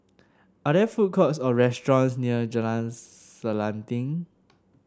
are there food courts or restaurants near Jalan Selanting